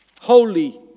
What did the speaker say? Holy